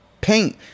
paint